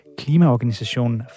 klimaorganisationen